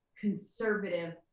conservative